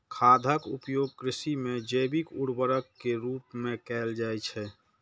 खादक उपयोग कृषि मे जैविक उर्वरक के रूप मे कैल जाइ छै